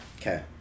Okay